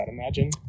imagine